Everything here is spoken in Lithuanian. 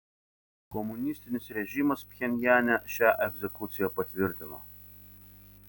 komunistinis režimas pchenjane šią egzekuciją patvirtino